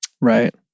Right